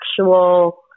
actual